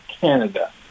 Canada